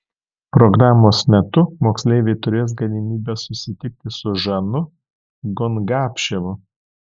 programos metu moksleiviai turės galimybę susitikti su žanu gongapševu